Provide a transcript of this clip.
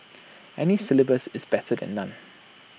any syllabus is better than none